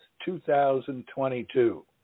2022